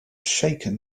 shaken